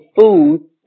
food